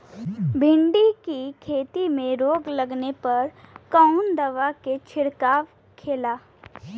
भिंडी की खेती में रोग लगने पर कौन दवा के छिड़काव खेला?